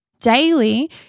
Daily